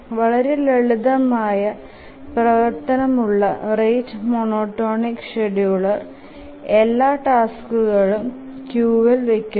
വളരെ ലളിതമായ പ്രവർത്തനമുള്ള റേറ്റ് മോനോടോണിക് ഷ്ഡ്യൂളർ എല്ലാ ടാസ്കുകളും ക്യൂവിൽ വെകുന്നു